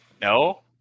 No